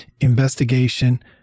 investigation